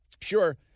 Sure